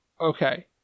Okay